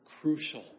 crucial